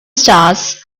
stars